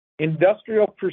Industrial